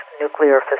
nuclear